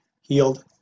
healed